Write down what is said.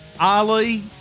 Ali